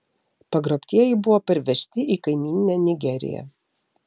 pagrobtieji buvo pervežti į kaimyninę nigeriją